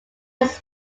his